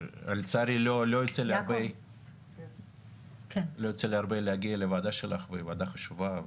לצערי לא יוצא לי הרבה להגיע לוועדה שלך והיא וועדה חשובה,